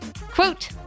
Quote